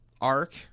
arc